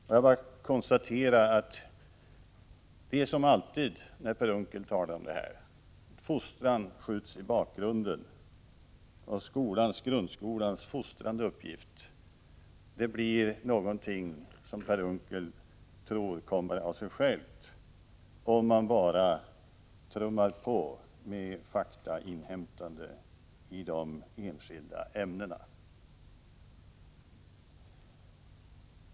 Låt mig bara konstatera att som alltid när Per Unckel talar om detta är det fostran som skjuts i bakgrunden, och grundskolans fostrande uppgift blir någonting som Per Unckel tror kommer av sig självt, om man bara trummar på med faktainhämtande i de enskilda ämnena.